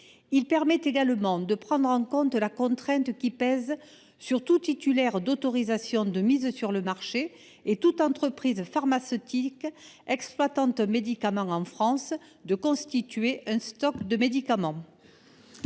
Il permettrait également de prendre en compte la contrainte qui pèse sur tout titulaire d’autorisation de mise sur le marché (AMM) et sur toute entreprise pharmaceutique exploitant un médicament en France de constituer un stock de médicaments.